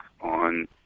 on